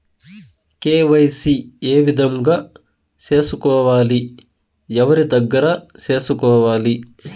KYC ఏ విధంగా సేసుకోవాలి? ఎవరి దగ్గర సేసుకోవాలి?